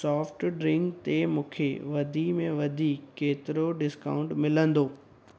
soft drink ते मुखे वधि में वधि केतिरो डिस्काउंट मिलंदो